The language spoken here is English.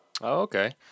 Okay